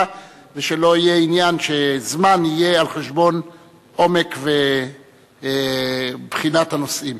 ושלא יהיה עניין שזמן יהיה על חשבון עומק ובחינת הנושאים.